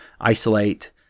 isolate